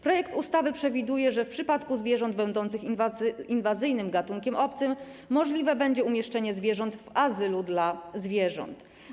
Projekt ustawy przewiduje, że w przypadku zwierząt będących inwazyjnym gatunkiem obcym możliwe będzie umieszczenie zwierząt w azylu dla zwierząt.